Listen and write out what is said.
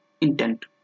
intent